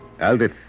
Aldith